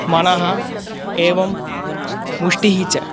मनः एवं मुष्टिः च